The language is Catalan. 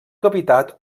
cavitat